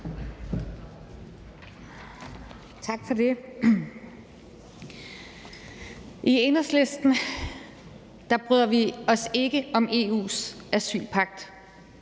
Tak for det. I Enhedslisten bryder vi os ikke om EU's asylpagt,